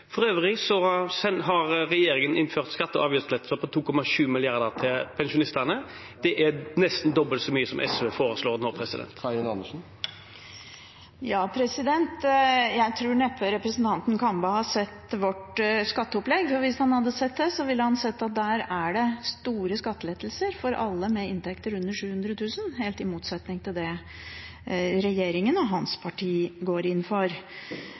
har regjeringen innført skatte- og avgiftslettelser på 2,7 mrd. kr til pensjonistene, nesten dobbelt så mye som SV foreslår nå. Jeg tror neppe representanten Kambe har sett vårt skatteopplegg, for hvis han hadde sett det, ville han sett at der er det store skattelettelser for alle med inntekter under 700 000 kr, i motsetning til det regjeringen og hans parti går inn for.